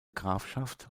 grafschaft